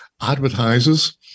advertises